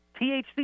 THC